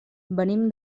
venim